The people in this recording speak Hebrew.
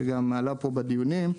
שגם עלה פה בדיונים.